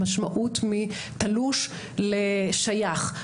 המשמעות תלוש לשייך,